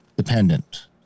Dependent